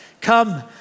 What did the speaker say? Come